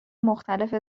مختلف